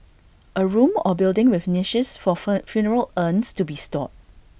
A room or building with niches for fur funeral urns to be stored